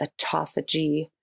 autophagy